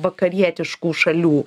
vakarietiškų šalių